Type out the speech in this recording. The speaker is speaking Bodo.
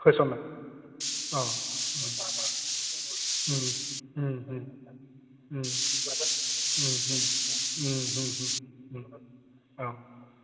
फोसावनाय अ अ औ